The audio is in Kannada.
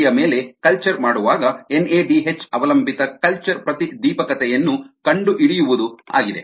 coli ಯ ಮೇಲೆ ಕಲ್ಚರ್ ಮಾಡುವಾಗ ಎನ್ಎಡಿಎಚ್ ಅವಲಂಬಿತ ಕಲ್ಚರ್ ಪ್ರತಿದೀಪಕತೆಯನ್ನು ಕಂಡುಹಿಡಿಯುವುದು ಆಗಿದೆ